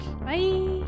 Bye